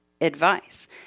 advice